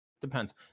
Depends